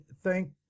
thank